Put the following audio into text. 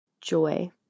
joy